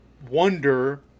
Wonder